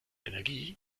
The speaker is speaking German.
energie